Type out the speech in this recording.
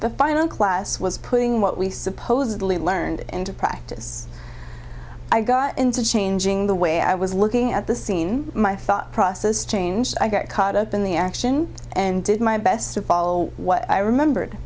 the final class was putting what we supposedly learned into practice i got into changing the way i was looking at the scene my thought process changed i got caught up in the action and did my best to follow what i remembered